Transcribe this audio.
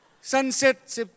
Sunset